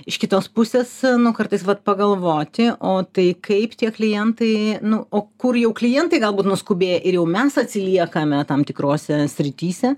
iš kitos pusės nu kartais vat pagalvoti o tai kaip tie klientai nu o kur jau klientai galbūt nuskubėję ir jau mes atsiliekame tam tikrose srityse